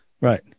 Right